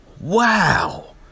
Wow